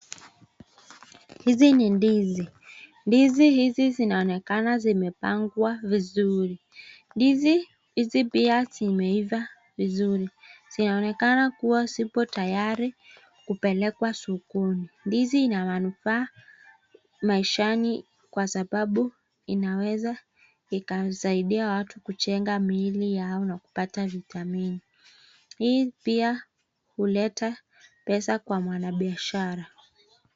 Hizi ni ndizi. Ndizi hizi zinaonekana zimepangwa vizuri. Ndizi hizi pia zimeiva vizuri. Zinaonekana kuwa zipo tayari kupelekwa sokoni. Ndizi ina manufaa maishani kwa sababu inaweza ikasaidia watu kujenga miili yao na kupata vitamini. Hii pia huleta pesa kwa mwanabiashara.